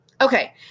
Okay